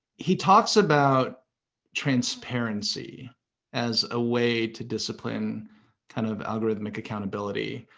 he talks about transparency as a way to discipline kind of algorithmic accountability.